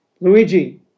Luigi